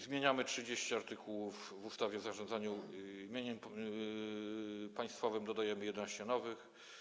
Zmieniamy 30 artykułów w ustawie o zarządzaniu mieniem państwowym, dodajemy 11 nowych.